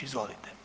Izvolite.